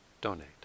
donate